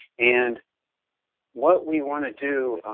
and what we want to do